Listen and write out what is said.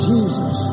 Jesus